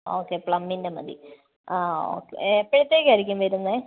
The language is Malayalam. ആ ഓക്കെ പ്ലമ്മിൻ്റെ മതി ആ ഓക്കെ എപ്പോഴത്തേക്കായിരിക്കും വരുന്നത്